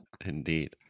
Indeed